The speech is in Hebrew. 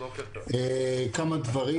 כמה דברים,